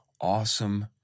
awesome